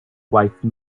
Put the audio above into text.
wife